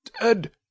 Dead